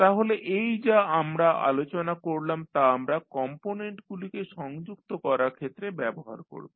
তাহলে এই যা আমরা আলোচনা করলাম তা আমরা কম্পোনেন্টগুলিকে সংযুক্ত করার ক্ষেত্রে ব্যবহার করব